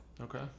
Okay